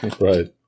Right